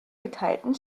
geteilten